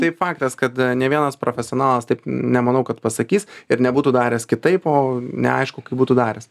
tai faktas kad ne vienas profesionalas taip nemanau kad pasakys ir nebūtų daręs kitaip o neaišku kaip būtų daręs